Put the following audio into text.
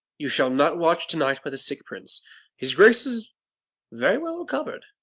you shall not watch to-night by the sick prince his grace is very well recover'd.